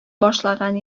башлаган